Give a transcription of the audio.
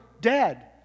dead